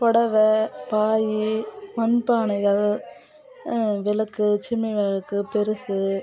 புடவ பாய் மண் பானைகள் விளக்கு சிம்மி விளக்கு பெருசு